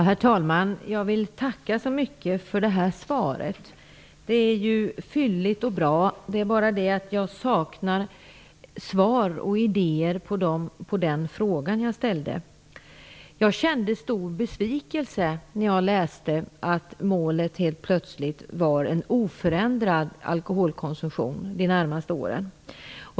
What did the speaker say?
Herr talman! Jag vill tacka så mycket för svaret. Det är ju fylligt och bra. Det är bara det att jag saknar svar på och idéer när det gäller den fråga som jag ställde. Jag kände stor besvikelse när jag läste att målet helt plötsligt är en oförändrad alkoholkonsumtion under de närmaste åren.